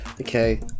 Okay